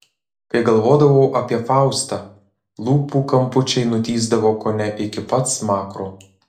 kai galvodavau apie faustą lūpų kampučiai nutįsdavo kone iki pat smakro